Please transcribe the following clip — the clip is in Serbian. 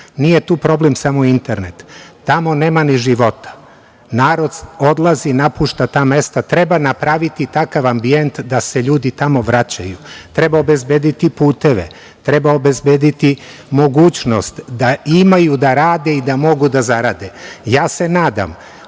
tu problem samo internet. Tamo nema ni života. Narod odlazi, napušta ta mesta. Treba napraviti takav ambijent da se ljudi tamo vraćaju. Treba obezbediti puteve, treba obezbediti mogućnost da imaju da rade i da mogu da zarade. Ja se nadam,